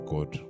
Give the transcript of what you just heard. God